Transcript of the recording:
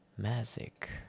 magic